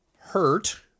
hurt